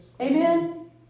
amen